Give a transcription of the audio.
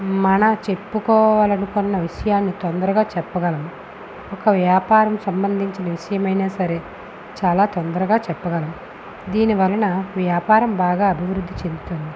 మన చెప్పుకోవాలనుకున్న విషయాన్ని తొందరగా చెప్పగలడు ఒక వ్యాపారం సంబంధించిన విషయమైనా సరే చాలా తొందరగా చెప్పగలరు దీనివలన వ్యాపారం బాగా అభివృద్ధి చెందుతుంది